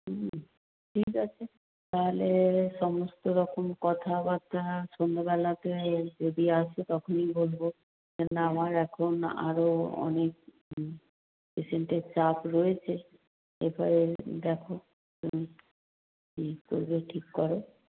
হুম ঠিক আছে তাহলে সমস্ত রকম কথাবার্তা সন্ধেবেলাতে যদি আসো তখনই বলবো কেন না আমার এখন আরও অনেক পেশেন্টের চাপ রয়েছে এরপরে দেখো হুম কি করবে ঠিক করো